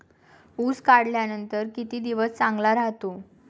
ऊस काढल्यानंतर किती दिवस चांगला राहतो?